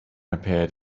appeared